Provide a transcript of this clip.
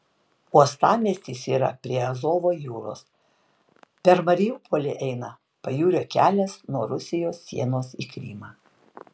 uostamiestis yra prie azovo jūros per mariupolį eina pajūrio kelias nuo rusijos sienos į krymą